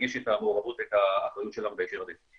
מדגיש את המעורבות ואת האחריות שלהם בהקשר הזה.